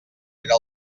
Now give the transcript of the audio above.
era